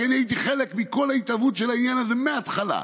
כי אני הייתי חלק מכל ההתהוות של העניין הזה מההתחלה.